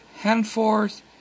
handforth